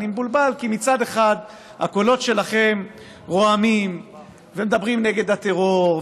אני מבולבל כי מצד אחד הקולות שלכם רועמים ומדברים נגד הטרור,